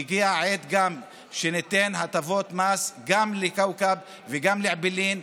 שהגיעה העת גם שניתן הטבות מס גם לכאוכב וגם לאעבלין,